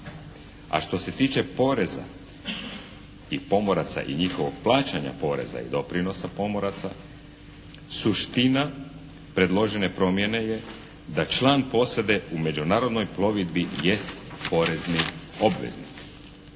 A što se tiče poreza i pomoraca i njihovog plaćanja poreza i doprinosa pomoraca suština predložene promjene je da član posade u međunarodnoj plovidbi jest porezni obveznik.